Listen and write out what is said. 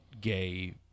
gay